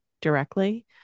directly